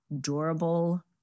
durable